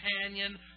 companion